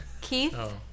Keith